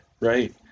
Right